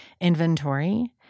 inventory